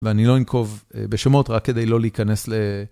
ואני לא אנקוב בשמות רק כדי לא להיכנס ל...